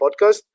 podcast